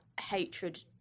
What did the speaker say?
hatred